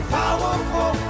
powerful